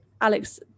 Alex